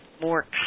more